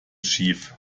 schief